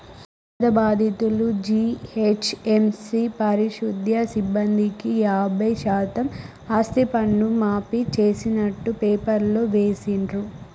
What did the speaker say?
వరద బాధితులు, జీహెచ్ఎంసీ పారిశుధ్య సిబ్బందికి యాభై శాతం ఆస్తిపన్ను మాఫీ చేస్తున్నట్టు పేపర్లో వేసిండ్రు